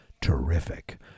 terrific